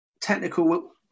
technical